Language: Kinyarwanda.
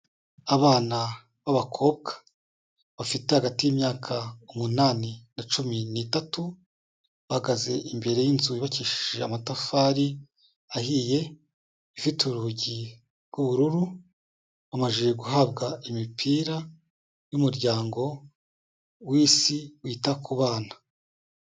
Abana b'abakobwa bafite hagati y'imyaka umunani na cumi n'itatu, bahagaze imbere y'inzu yubakishije amatafari ahiye, ifite urugi rw'ubururu, bamaze guhabwa imipira n'umuryango w'isi wita ku bana.